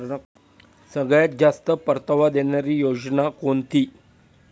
सगळ्यात जास्त परतावा देणारी योजना कोणती?